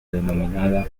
denominada